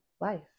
Life